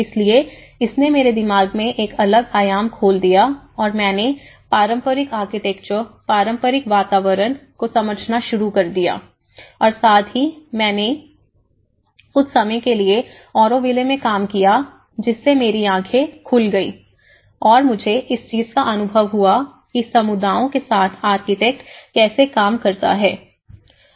इसलिए इसने मेरे दिमाग में एक अलग आयाम खोल दिया और मैंने पारंपरिक आर्किटेक्चर पारंपरिक वातावरण को समझना शुरू कर दिया और साथ ही मैंने कुछ समय के लिए ऑरोविले में काम किया जिससे मेरी आंखें खुल गई और मुझे इस चीज का अनुभव हुआ कि समुदायों के साथ आर्किटेक्ट कैसे काम करते हैं